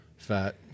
fat